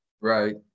Right